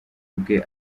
ubwe